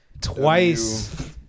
twice